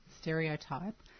stereotype